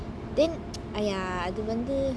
then !aiya! அது வந்து:athu vanthu